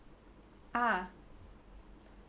ah